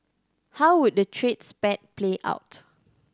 how would the trade spat play out